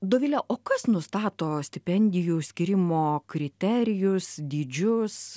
dovile o kas nustato stipendijų skyrimo kriterijus dydžius